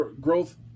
growth